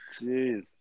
Jeez